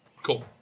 Cool